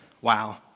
Wow